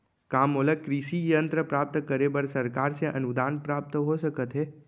का मोला कृषि यंत्र प्राप्त करे बर सरकार से अनुदान प्राप्त हो सकत हे?